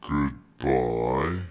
Goodbye